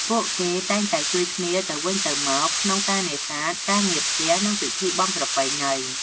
ពួកគេតែងតែជួយគ្នាទៅវិញទៅមកក្នុងការនេសាទ ការងារផ្ទះ និងពិធីបុណ្យប្រពៃណី។